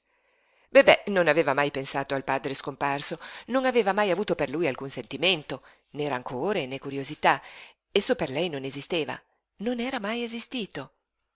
bebè non aveva mai pensato al padre scomparso non aveva mai avuto per lui alcun sentimento né rancore né curiosità esso per lei non esisteva non era mai esistito